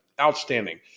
outstanding